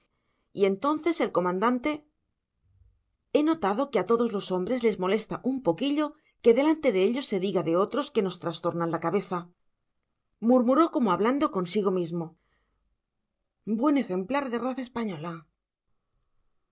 y entonces el comandante he notado que a todos los hombres les molesta un poquillo que delante de ellos se diga de otros que nos trastornan la cabeza murmuró como hablando consigo mismo buen ejemplar de raza española